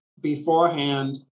beforehand